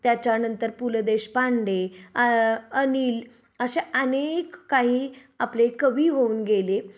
त्याच्यानंतर पु ल देशपांडे अनिल अशा अनेक काही आपले कवी होऊन गेले